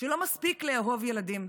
שלא מספיק לאהוב ילדים,